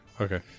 Okay